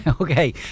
Okay